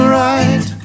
right